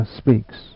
speaks